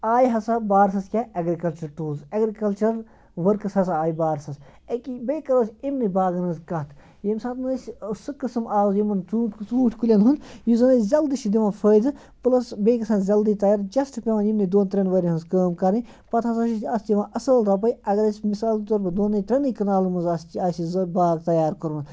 آیہِ ہَسا بارسَس کیٛاہ ایٚگرِکَلچَر ٹوٗلٕز ایٚگرِکَلچَر ؤرکٕس ہَسا آیہِ بارسَس اَکی بیٚیہِ کرو أسۍ یِمنٕے باغن ہٕنٛز کَتھ ییٚمہِ ساتہٕ نہٕ اَسہِ سُہ قٕسٕم آو یِمَن ژوٗ ژوٗنٛٹھۍ کُلٮ۪ن ہُنٛد یُس زَن اَسہِ جلدی چھِ دِوان فٲیدٕ پٕلَس بیٚیہِ گَژھان جلدی تیار جَسٹ پٮ۪وان یِمنٕے دۄن ترٛٮ۪ن ؤریَن ہٕنٛز کأم کَرٕنۍ پَتہٕ ہَسا چھِ اَتھ یِوان اَصٕل رۄپَے اَگر أسۍ مثال طور پَر دۄنٕے ترٛٮ۪نٕے کَنالَن منٛز اَسہِ تہِ آسہِ یہِ باغ تیار کوٚرمُت